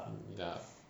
ya